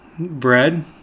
Bread